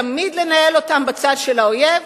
תמיד לנהל אותן בצד של האויב,